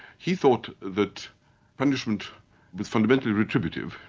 he thought that punishment was fundamentally retributive,